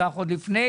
עוד לפני